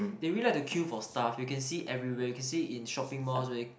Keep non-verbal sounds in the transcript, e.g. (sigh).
they really like to queue for stuff you can see it everywhere you can see it in shopping malls (noise)